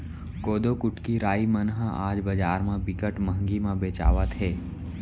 कोदो, कुटकी, राई मन ह आज बजार म बिकट महंगी म बेचावत हे